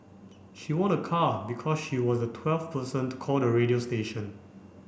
she won a car because she was the twelfth person to call the radio station